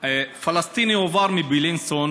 פלסטיני הועבר מבילינסון